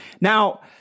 Now